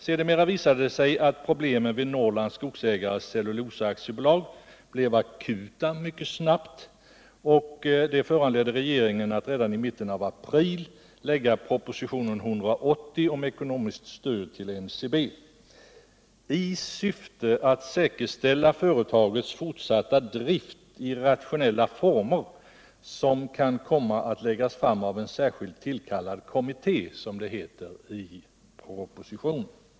Sedermera visade det sig att problemen vid Norrlands Skogsägares Cellulosa AB blev akuta mycket snabbt, och det föranledde regeringen att redan i mitten av april lägga fram propositionen 180 om ekonomiskt stöd till NCB ”'i syfte att säkerställa företagets fortsatta drift i rationella former, som kan komma att läggas fram av en särskilt tillkallad kommitté” ,som det heter i propositionen.